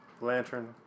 Lantern